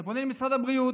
אתה פונה למשרד הבריאות,